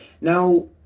Now